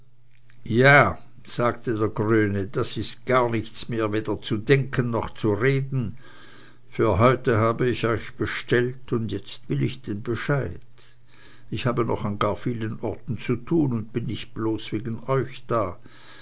ja sagte der grüne da ist gar nichts mehr weder zu denken noch zu reden für heute habe ich euch bestellt und jetzt will ich den bescheid ich habe noch an gar vielen orten zu tun und bin nicht bloß wegen euch da